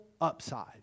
upside